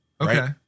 Okay